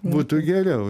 būtų geriau